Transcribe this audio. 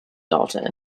daughter